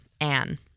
Anne